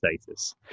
status